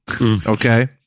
Okay